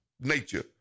nature